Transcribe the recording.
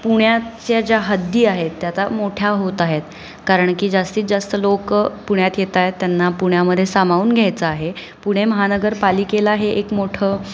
पुण्याच्या ज्या हद्दी आहेत त्या आता मोठ्या होत आहेत कारण की जास्तीत जास्त लोकं पुण्यात येत आहेत त्यांना पुण्यामध्ये सामावून घ्यायचं आहे पुणे महानगरपालिकेला हे एक मोठं